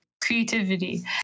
creativity